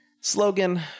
Slogan